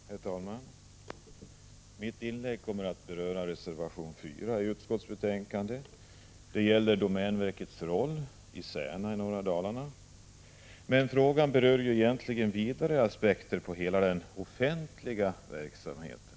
Herr talman! Mitt inlägg kommer att beröra reservation 4 till utskottets betänkande. Det gäller domänverkets roll i Särna i norra Dalarna. Men frågan skall ju egentligen ses i ett vidare perspektiv, nämligen hela den offentliga verksamheten.